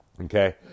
Okay